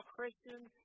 Christians